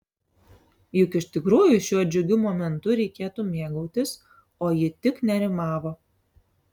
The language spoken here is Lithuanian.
juk iš tikrųjų šiuo džiugiu momentu reikėtų mėgautis o ji tik nerimavo